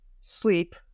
sleep